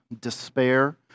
despair